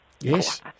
Yes